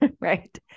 right